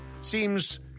seems